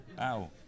Ow